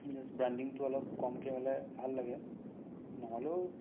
just ব্ৰাণ্ডিংটো অলপ কমকে হ'লে ভাল লাগে নহ'লেও